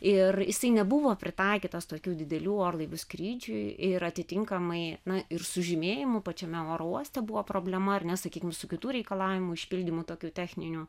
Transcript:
ir jisai nebuvo pritaikytos tokių didelių orlaivių skrydžiui ir atitinkamai na ir su žymėjimu pačiame oro uoste buvo problema ar ne sakykim su kitų reikalavimų išpildymu tokių techninių